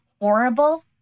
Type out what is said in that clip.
horrible